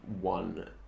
one